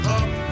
up